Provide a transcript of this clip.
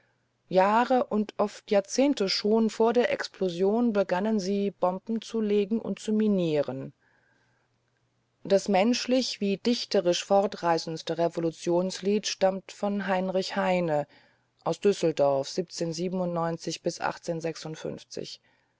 jahre und oft jahrzehnte schon vor der explosion begannen sie bomben zu legen und zu minieren das menschlich wie dichterisch fortreißendste revolutionslied stammt von heinrich heine aus düsseldorf